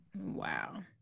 Wow